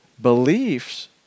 beliefs